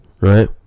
Right